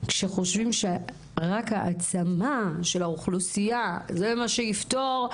כשחושבים שרק העצמה של האוכלוסייה זה מה שיפתור,